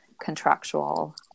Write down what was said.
contractual